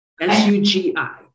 S-U-G-I